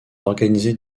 organisées